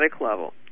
level